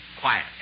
Quiet